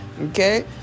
okay